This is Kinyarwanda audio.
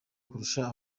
kurusha